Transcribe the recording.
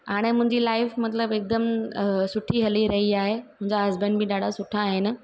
हाणे मुंहिंजी लाइफ मतिलबु हिकदमि सुठी हली रही आहे मुंहिंजा हसबैंड बि ॾाढा सुठा आहिनि